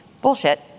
Bullshit